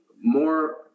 more